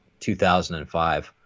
2005